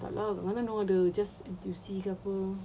tak lah wouldn't know they just N_T_U_C ke apa